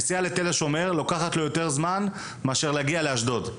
הנסיעה לתל השומר לוקחת לו יותר זמן מאשר להגיע לאשדוד.